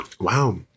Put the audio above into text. Wow